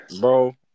Bro